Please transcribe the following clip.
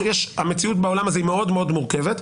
המציאות בעולם הזה היא מאוד מורכבת,